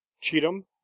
cheatham